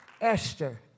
Esther